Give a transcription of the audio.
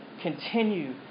Continue